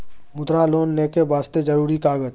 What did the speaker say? मुद्रा लोन लेके वास्ते जरुरी कागज?